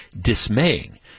dismaying